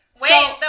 wait